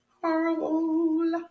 horrible